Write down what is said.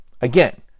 again